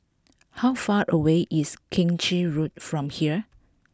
how far away is Keng Chin Road from here